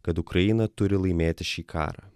kad ukraina turi laimėti šį karą